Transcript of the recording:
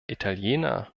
italiener